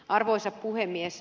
arvoisa puhemies